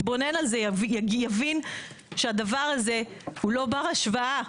שיתבונן על זה, יבין שהדבר הזה הוא לא בר השוואה.